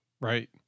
right